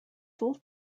full